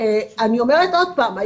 אני אומרת עוד פעם,